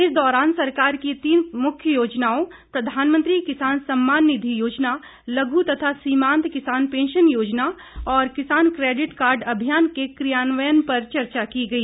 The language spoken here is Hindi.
इस दौरान सरकार की तीन मुख्य योजनाओं प्रधानमंत्री किसान सम्मान निधि योजना लघू तथा सीमांत किसान पेंशन योजना और किसान क्रेडिट कार्ड अभियान के क्रियान्वयन पर चर्चा की गई